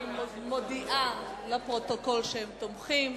אני מודיעה לפרוטוקול שהם תומכים.